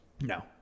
No